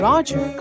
Roger